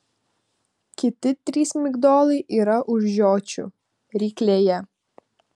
kiti trys migdolai yra už žiočių ryklėje